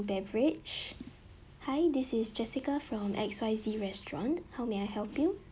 beverage hi this is jessica from X Y Z restaurant how may I help you